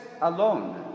alone